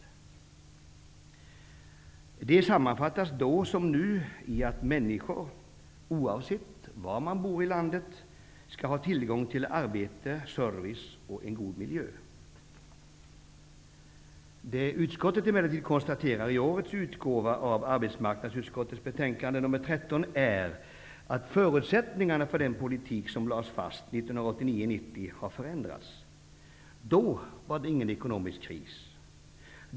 Målen sammanfattas då som nu med att människor, oavsett var de bor i landet, skall ha tillgång till arbete, service och en god miljö. Det som emellertid konstateras i årets utgåva av arbetsmarknadsutskottets betänkande nr 13 är att förutsättningarna för den politik som lades fast 1989/90 har förändrats. Då var det ingen ekonomisk kris.